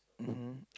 mmhmm